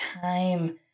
time